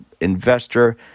investor